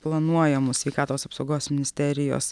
planuojamus sveikatos apsaugos ministerijos